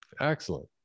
Excellent